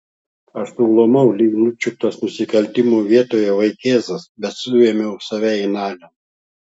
aš suglumau lyg nučiuptas nusikaltimo vietoje vaikėzas bet suėmiau save į nagą